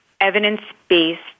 evidence-based